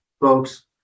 folks